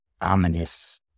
ominous